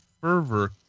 fervor